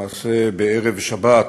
למעשה בערב שבת